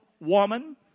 woman